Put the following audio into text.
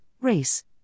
race